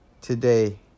today